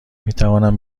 میتوانند